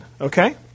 okay